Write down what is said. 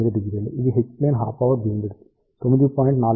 90 ఇది H plane half power beamwidth 9